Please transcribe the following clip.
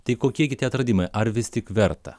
tai kokie gi tie atradimai ar vis tik verta